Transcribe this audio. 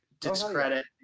discredit